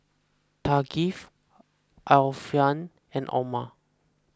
Thaqif Alfian and Omar